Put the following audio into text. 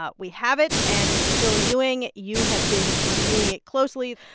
ah we have it, and phil ewing, you have been reviewing it closely.